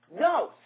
No